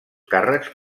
càrrecs